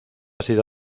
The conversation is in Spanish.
sido